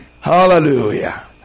Hallelujah